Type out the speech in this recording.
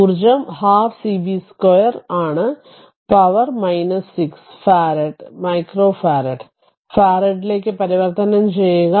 ഊർജ്ജം 12 12cv 2 12 c ആണ് power 6 farad micro farad ഫറാഡിലേക്ക് പരിവർത്തനം ചെയ്യുക